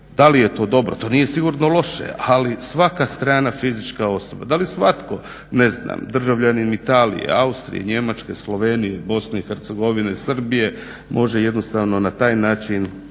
Da li je to dobro? To sigurno nije loše ali svaka strana fizička osoba. Da li svatko ne znam državljanin Italije, Austrije, Njemačke, Slovenije, BiH, Srbije može jednostavno na taj način